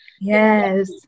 Yes